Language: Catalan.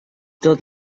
tot